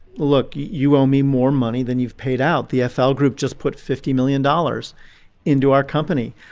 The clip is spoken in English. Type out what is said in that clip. look, you owe me more money than you've paid out. the fl group just put fifty million dollars into our company.